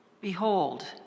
Behold